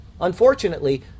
Unfortunately